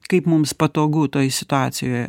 kaip mums patogu toj situacijoje